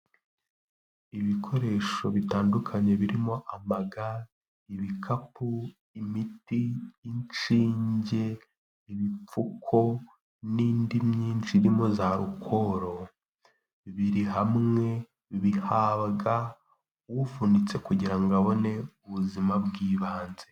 Ibikoresho bitandukanye birimo amaga, ibikapu, imiti, inshinge, ibipfuko n'indi myinshi irimo za arukoro, biri hamwe bihabwa uvunitse kugira ngo abone ubuzima bw'ibanze.